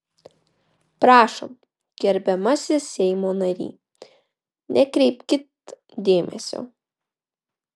prašom gerbiamasis seimo nary nekreipkit dėmesio